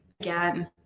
again